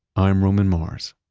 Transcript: i'm roman mars.